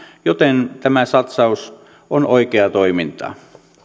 joten tämä satsaus on oikeaa toimintaa